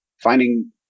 finding